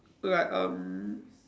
like um